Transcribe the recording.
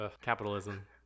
Capitalism